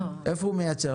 איפה הוא מייצר?